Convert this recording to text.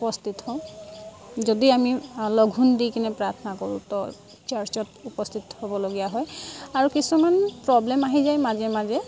প্ৰস্তুত হওঁ যদি আমি লঘোণ দি কিনে প্ৰাৰ্থনা কৰোঁ তো চাৰ্চত উপস্থিত হ'বলগীয়া হয় আৰু কিছুমান প্ৰব্লেম আহি যায় মাজে মাজে